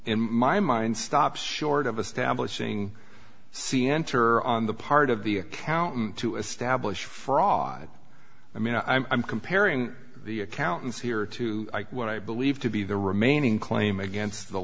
in my mind stops short of a stablish ing c enter on the part of the accountant to establish fraud i mean i'm comparing the accountants here to what i believe to be the remaining claim against the